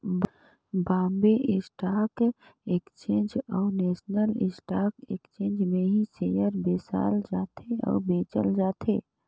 Bombay stock exchange अउ national stock exchange में ही सेयर बेसाल जाथे अउ बेंचल जाथे